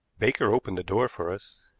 baker opened the door for us.